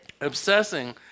Obsessing